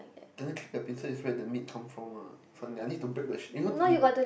then the pincer is where the meat come from lah from there I need to break the shell you know you